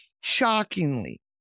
shockingly